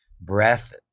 breath